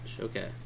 Okay